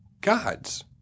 gods